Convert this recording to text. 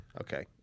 okay